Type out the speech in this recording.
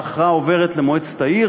ההכרעה עוברת למועצת העיר